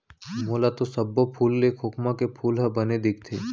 मोला तो सब्बो फूल ले खोखमा के फूल ह बने दिखथे